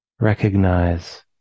recognize